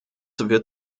wird